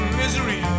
misery